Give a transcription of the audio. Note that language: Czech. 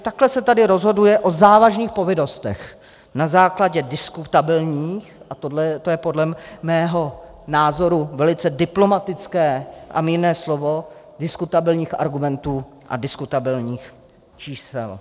Takže takhle se tady rozhoduje o závažných povinnostech na základě diskutabilních a to je podle mého názoru velice diplomatické a mírné slovo diskutabilních argumentů a diskutabilních čísel.